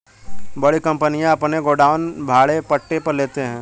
बड़ी कंपनियां अपने गोडाउन भाड़े पट्टे पर लेते हैं